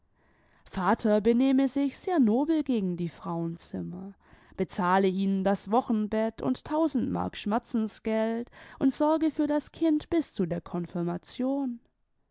vater benehme sich sehr nobel gegen die frauenzinuner bezahle ihnen das wochenbett und tausend mark schmerzensgeld und sorge für das kind bis zu der konfirmation